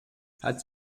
hat